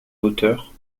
hauteur